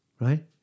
Right